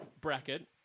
Bracket